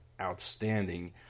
outstanding